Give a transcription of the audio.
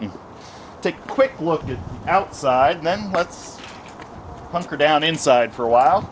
and take a quick look outside and then let's hunker down inside for a while